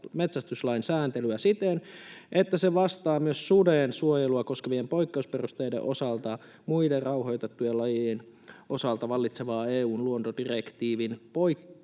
metsästyslain sääntelyä siten, että se vastaa myös suden suojelua koskevien poikkeusperusteiden osalta muiden rauhoitettujen lajien osalta vallitsevaa EU:n luontodirektiivin poikkeusperusteiden